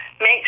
Make